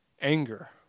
Anger